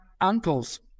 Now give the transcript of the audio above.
uncles